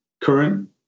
current